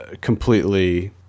completely